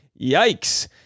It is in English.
yikes